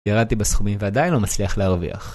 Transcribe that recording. ירדתי בסכומים ועדיין לא מצליח להרוויח